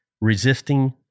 resisting